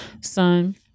son